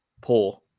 poor